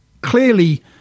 clearly